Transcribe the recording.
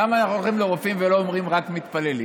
למה אנחנו הולכים לרופאים ולא אומרים, רק מתפללים?